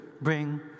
bring